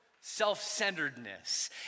self-centeredness